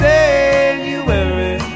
January